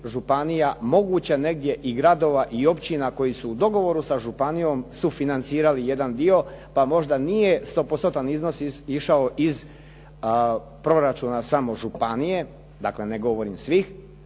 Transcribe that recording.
županija moguće negdje i gradova i općina koji su u dogovoru sa županijom sufinancirali jedan dio pa možda nije stopostotan iznos išao iz proračuna samo županije, dakle ne govorim svih